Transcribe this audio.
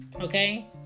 okay